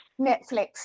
netflix